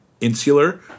insular